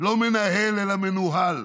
לא מנהל אלא מנוהל.